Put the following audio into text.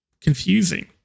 confusing